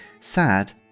sad